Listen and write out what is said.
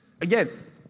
again